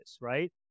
right